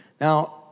Now